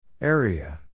Area